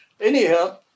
anyhow